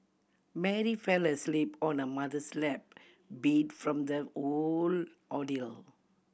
Mary fell asleep on her mother's lap beat from the whole ordeal